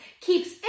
keeps